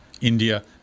India